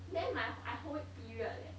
then my wh~ I whole week period leh